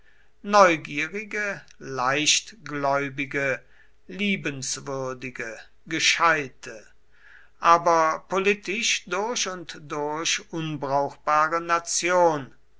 neugierige leichtgläubige liebenswürdige gescheite aber politisch durch und durch unbrauchbare nation